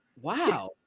wow